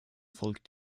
folk